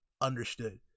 understood